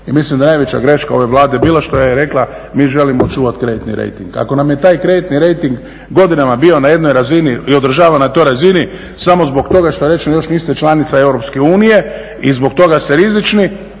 I mislim da je najveća greška ove Vlade bila što je rekla mi želimo čuvati kreditni rejting. Ako nam je taj kreditni rejting godinama bio na jednoj razini i održavan na toj razini samo zbog toga što je rečeno još niste članica EU i zbog toga ste rizični,